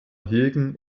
hegen